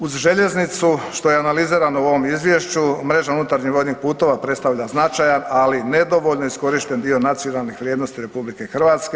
Uz željeznicu, što je analizirano u ovom Izvješću, mreža unutarnjih vodnih putova predstavlja značajan, ali nedovoljno iskorišten dio nacionalnih vrijednosti RH.